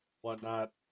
whatnot